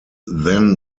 then